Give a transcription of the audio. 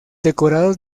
decorados